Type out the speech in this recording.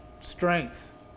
strength